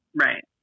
right